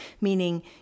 meaning